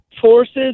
forces